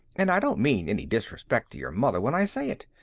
and i don't mean any disrespect to your mother when i say it.